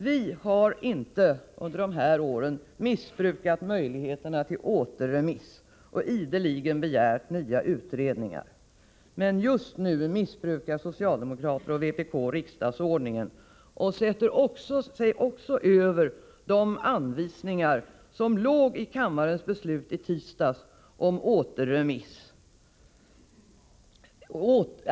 Vi har inte under de här åren missbrukat möjligheterna till återremiss och ideligen begärt nya utredningar, men just nu missbrukar socialdemokraterna och vpk riksdagsordningen och sätter sig också över de anvisningar som låg i kammarens beslut om återremiss i tisdags.